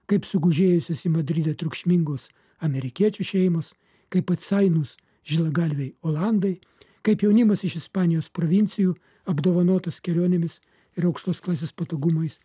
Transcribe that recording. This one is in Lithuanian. kaip sugužėjusios į madridą triukšmingos amerikiečių šeimos kaip atsainūs žilagalviai olandai kaip jaunimas iš ispanijos provincijų apdovanotas kelionėmis ir aukštos klasės patogumais